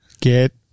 Get